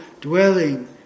dwelling